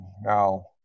now